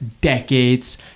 decades